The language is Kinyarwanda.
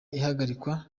ihagarikwa